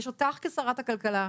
יש אותך כשרת הכלכלה,